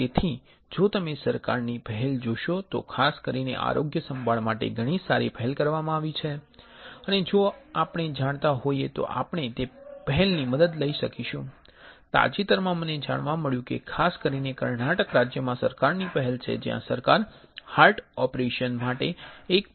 તેથી જો તમે સરકારની પહેલ જોશો તો ખાસ કરીને આરોગ્યસંભાળ માટે ઘણી સારી પહેલ કરવામાં આવી છે અને જો આપણે જાણતા હોઈએ તો આપણે તે પહેલની મદદ લઈ શકી છું તાજેતરમાં મને જાણવા મળ્યુ કે ખાસ કરીને કર્ણાટક રાજ્યમાં સરકારની પહેલ છે જ્યાં સરકાર હાર્ટ ઓપરેશન માટે 1